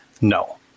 no